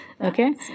Okay